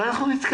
אתה יכול להתקדם,